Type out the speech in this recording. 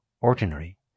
ordinary